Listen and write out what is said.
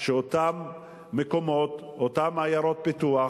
אותם מקומות, אותן עיירות פיתוח,